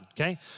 okay